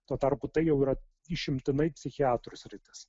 tuo tarpu tai jau yra išimtinai psichiatrų sritis